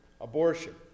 Abortion